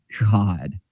god